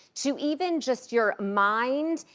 to even just your mind.